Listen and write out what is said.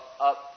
up